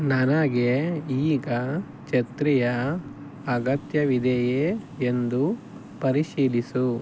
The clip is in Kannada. ನನಗೆ ಈಗ ಚತ್ರಿಯ ಅಗತ್ಯವಿದೆಯೇ ಎಂದು ಪರಿಶೀಲಿಸು